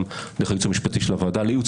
אלא גם דרך הייעוץ המשפטי של הוועדה לייעוץ